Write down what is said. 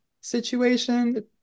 situation